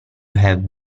had